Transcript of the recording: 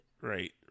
right